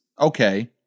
okay